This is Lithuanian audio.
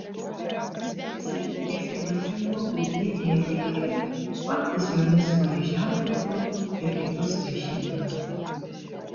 prisirinkę šių gardžių uogų vietiniai vaikai patys jomis smaližiaudavo ir kitus vaišindavo